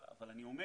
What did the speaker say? אבל אני אומר